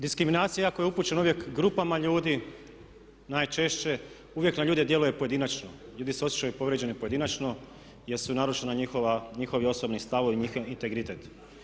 Diskriminacija koja je upućena uvijek grupama ljudi najčešće uvijek na ljude djeluje pojedinačno, ljudi se osjećaju povrijeđeni pojedinačno jer su narušena njihovi osobni stavovi, njihov integritet.